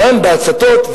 גם בהצתות,